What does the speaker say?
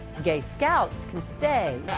gay scouts can stay.